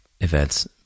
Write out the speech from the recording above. events